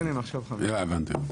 הבנתי.